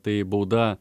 tai bauda